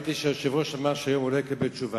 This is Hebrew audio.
ראיתי שהיושב-ראש אמר שהוא לא יקבל תשובה.